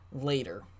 later